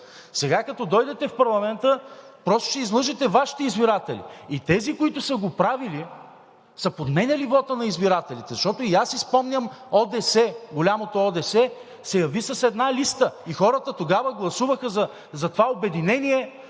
Сега, като дойдете в парламента, просто ще излъжете Вашите избиратели и тези, които са го правили, са подменяли вота на избирателите. Защото и аз си спомням ОДС – голямото ОДС, се яви с една листа и хората тогава гласуваха за това обединение